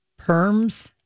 perms